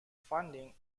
funding